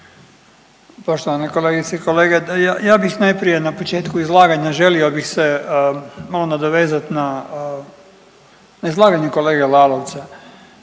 Poštovane kolegice i kolege, ja bih najprije na početku izlaganja, želio bih se malo nadovezat na izlaganje kolege Lalovca.